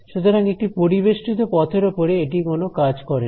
সুতরাং একটি পরিবেষ্টিত পথের উপরে এটি কোন কাজ করে না